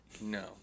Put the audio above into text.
No